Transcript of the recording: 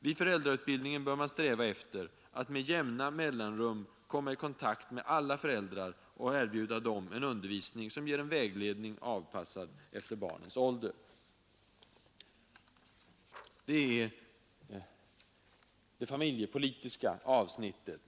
Vid föräldrautbildningen bör man sträva efter att med jämna mellanrum komma i kontakt med alla föräldrar och erbjuda dem undervisning som ger en vägledning, anpassad till barnens ålder.” Det är det familjepolitiska avsnittet.